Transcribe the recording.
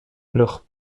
leurs